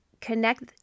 connect